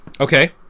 okay